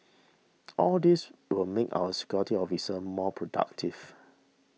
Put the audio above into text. all these will make our security officers more productive